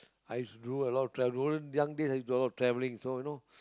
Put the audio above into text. i do a lot of travel those young days i do a lot traveling so you know